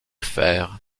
faire